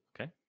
okay